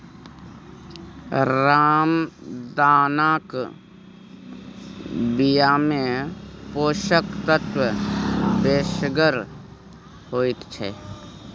रामदानाक बियामे पोषक तत्व बेसगर होइत छै